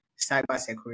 cybersecurity